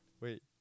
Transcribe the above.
Wait